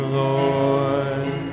lord